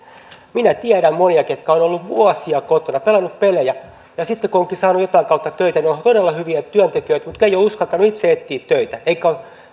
minä tiedän monia jotka ovat olleet vuosia kotona pelanneet pelejä ja sitten kun ovatkin saaneet jotain kautta töitä niin ovat todella hyviä työntekijöitä mutta eivät ole uskaltaneet itse etsiä töitä eikä